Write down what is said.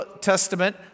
Testament